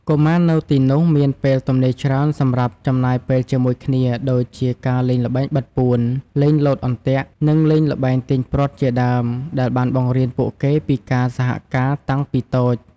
កុមារនៅទីនោះមានពេលទំនេរច្រើនសម្រាប់ចំណាយពេលជាមួយគ្នាដូចជាការលេងល្បែងបិទពួន លេងលោតអន្ទាក់ និងលេងល្បែងទាញព្រ័ត្រជាដើម ដែលបានបង្រៀនពួកគេពីការសហការតាំងពីតូច។